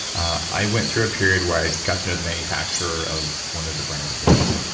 i went through a period where i got to know the manufacturer of one of the brands of those.